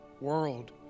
world